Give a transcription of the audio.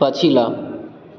पछिला